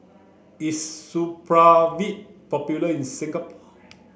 is Supravit popular in Singapore